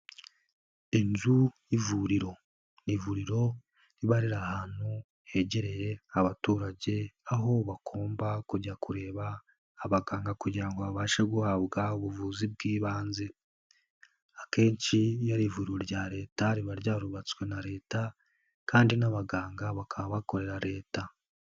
Inzu y'ivuriro, ni ivuriro riba riri ahantu hegereye abaturage aho bagomba kujya kureba abaganga kugira ngo babashe guhabwa ubuvuzi bw'ibanze, akenshi iyo ari ivuriro rya Leta riba ryarubatswe na Leta kandi n'abaganga bakaba bakorera Leta.